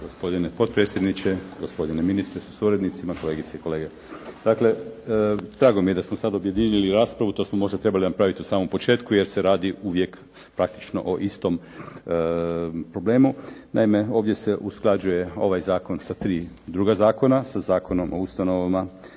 Gospodine potpredsjedniče. Gospodine ministre sa suradnicima. Kolegice i kolege. Drago mi je da smo sad objedinili raspravu. To smo možda trebali napravit u samom početku jer se radi uvijek praktično o istom problemu. Naime, ovdje se usklađuje ovaj zakon sa tri druga zakona, sa Zakonom o ustanovama,